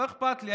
לא אכפת לי,